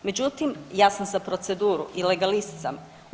Međutim, ja sam za proceduru i legalist sam.